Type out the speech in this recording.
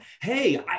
hey